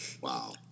Wow